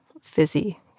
fizzy